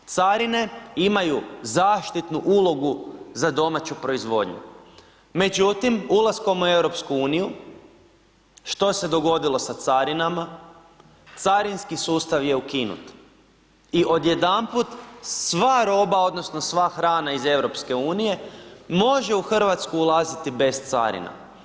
Carine imaju zaštitnu ulogu za domaću proizvodnju, međutim ulaskom u EU što se dogodilo sa carinama, carinski sustav je ukinut i odjedanput sva roba odnosno sva hrana iz EU može u Hrvatsku ulaziti bez carina.